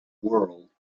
world